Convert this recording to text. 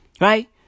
right